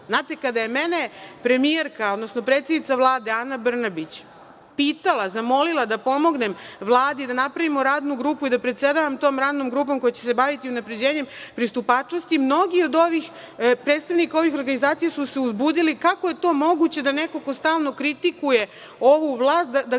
Znate, kada je mene premijerka, odnosno predsednica Vlade Ana Brnabić pitala, zamolila da pomognem Vladi da napravimo radnu grupu i da predsedavam tom radnom grupom koja će se baviti unapređenjem pristupačnosti, mnogi od predstavnika ovih organizacija su se uzbudili, kako je to moguće da neko ko stalno kritikuje ovu vlast da ga